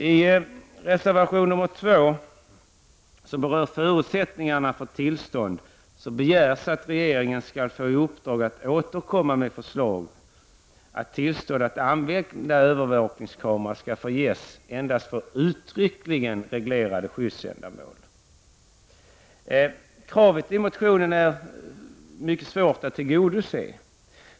I reservation 2, som berör förutsättningarna för tillstånd, begärs att regeringen skall få i uppdrag att återkomma med förslag om att tillstånd att använda övervakningskamera skall få ges endast för uttryckligen reglerade skyddsändamål. Kravet i motionen mycket svårt att tillgodose.